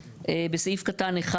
בסעיף קטן (1),